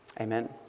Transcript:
Amen